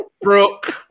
Brooke